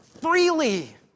Freely